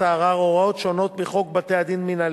הערר הוראות שונות מחוק בתי-דין מינהליים,